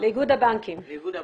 לאיגוד הבנקים.